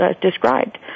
described